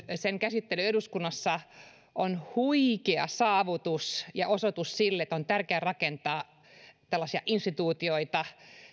sen käsittely eduskunnassa on huikea saavutus ja osoitus siitä että on tärkeä rakentaa tällaisia instituutioita